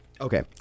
Okay